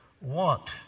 want